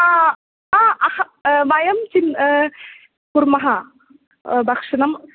आ आ अह वयं चिन् कुर्मः भक्षणम्